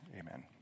Amen